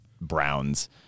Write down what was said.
browns